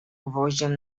gwoździem